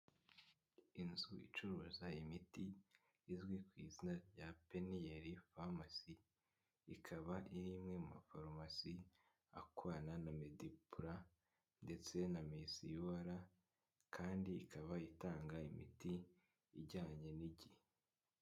Inzu icuruza imiti izwi kw’izina rya peniel pharmacy ikaba ari imwe mu mafarumasi akorana na medipura ndetse na MISUR kandi ikaba itanga imiti ijyanye n'igihe.